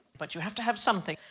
but you have to have something.